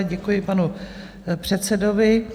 Děkuji panu předsedovi.